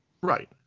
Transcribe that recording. Right